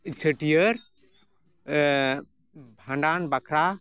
ᱪᱷᱟᱹᱴᱭᱟᱹᱨ ᱵᱷᱟᱰᱟᱱ ᱵᱟᱠᱷᱟᱨᱟ